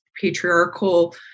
patriarchal